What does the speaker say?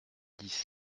dix